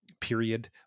period